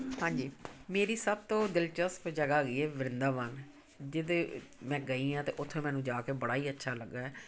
ਹਾਂਜੀ ਮੇਰੀ ਸਭ ਤੋਂ ਦਿਲਚਸਪ ਜਗ੍ਹਾ ਹੈਗੀ ਏ ਵਰਿੰਦਾਵਨ ਜਿਹਦੇ ਮੈਂ ਗਈ ਹਾਂ ਅਤੇ ਉੱਥੇ ਮੈਨੂੰ ਜਾ ਕੇ ਬੜਾ ਹੀ ਅੱਛਾ ਲੱਗਾ ਹੈ